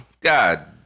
God